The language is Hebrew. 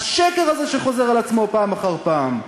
השקר הזה חוזר על עצמו פעם אחר פעם.